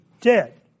dead